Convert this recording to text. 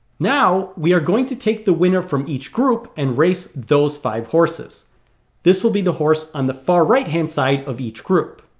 now, we are going to take the winner from each group and race those five horses this will be the horse on the far right hand side of each group